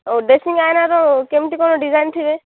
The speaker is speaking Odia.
ଆଉ ଡ୍ରେସିଂ ଆଇନାର କେମିତି କ'ଣ ଡିଜାଇନ୍ ଥିବେ